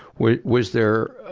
was, was there, ah,